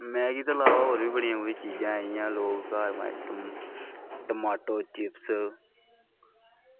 Maggi दे इलावा होर बी बड़ियां कुछ चीजां आई गेइयां लोक घर माय टमाटो चिप्स